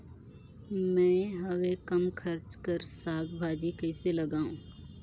मैं हवे कम खर्च कर साग भाजी कइसे लगाव?